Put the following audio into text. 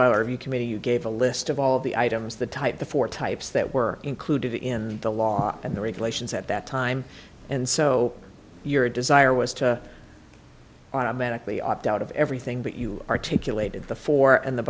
view committee you gave a list of all of the items the type the four types that were included in the law and the regulations at that time and so your desire was to automatically opt out of everything but you articulated the four and the